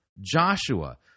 Joshua